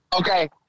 Okay